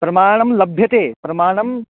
प्रमाणं लभ्यते प्रमाणम्